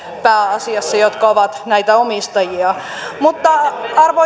pääasiassa jotka ovat näitä omistajia arvoisa